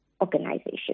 organization